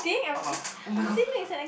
orh oh-my-god